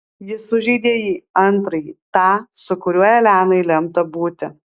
jis sužeidė jį antrąjį tą su kuriuo elenai lemta būti